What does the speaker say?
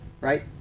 right